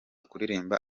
kuririmba